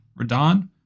Radon